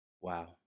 Wow